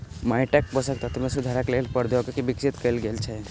माइटक पोषक तत्व मे सुधारक लेल प्रौद्योगिकी विकसित कयल गेल छै